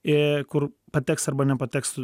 kur pateks arba nepateks